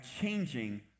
changing